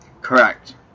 Correct